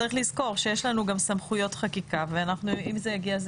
צריך לזכור שיש לנו גם סמכויות חקיקה ואם זה יגיע זה